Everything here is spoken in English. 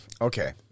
Okay